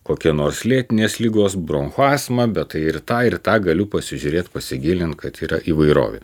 kokia nors lėtinės ligos bronchų astma bet ir tą ir tą galiu pasižiūrėt pasigilint kad yra įvairovė